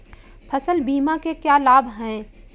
फसल बीमा के क्या लाभ हैं?